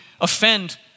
offend